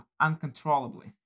uncontrollably